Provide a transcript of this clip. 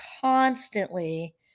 constantly